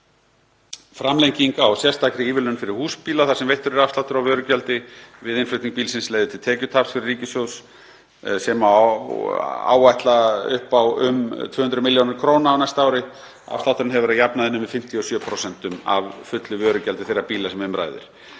árs. Framlenging á sérstakri ívilnun fyrir húsbíla þar sem veittur er afsláttur af vörugjaldi við innflutning bílsins leiðir til tekjutaps fyrir ríkissjóð sem áætla má um 200 millj. kr. á árinu 2023. Afslátturinn hefur að jafnaði numið 57% af fullu vörugjaldi þeirra bíla sem um ræðir.